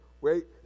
Wait